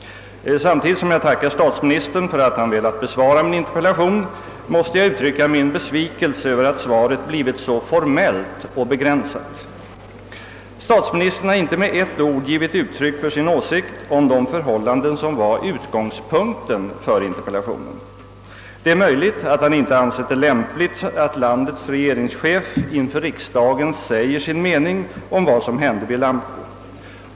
Samtidigt som jag tackar statsministern för att han velat besvara min interpellation måste jag uttrycka min besvikelse över att svaret blivit så formellt och begränsat. Statsministern har inte med ett ord givit uttryck för sin åsikt om de förhållanden som var utgångspunkt för interpellationen. Det är möjligt att han inte ansett det lämp ligt, att landets regeringschef inför riksdagen säger sin mening om vad som hände vid Lamco.